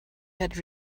had